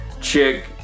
chick